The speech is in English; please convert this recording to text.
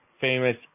famous